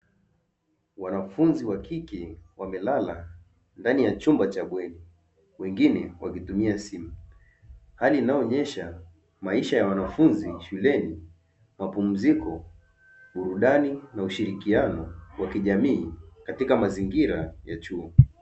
Wanafunzi wakike wamelala ndani ya chumba cha bweni wengine wakitumia simu, hali inayoonyesha maisha ya wanafunzi shuleni mapumziko, burudani na ushirikiano wa kijamii katika mazingira ya chuo.